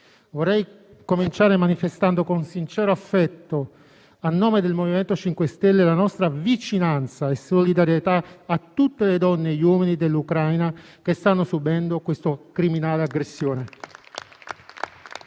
vorrei cominciare manifestando con sincero affetto, a nome del MoVimento 5 Stelle, la nostra vicinanza e solidarietà a tutte le donne e gli uomini dell'Ucraina che stanno subendo questa criminale aggressione.